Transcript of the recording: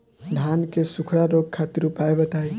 धान के सुखड़ा रोग खातिर उपाय बताई?